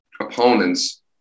opponents